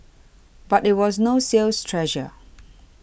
but it was no sales treasure